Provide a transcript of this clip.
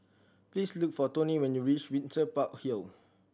please look for Toni when you reach Windsor Park Hill